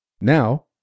Now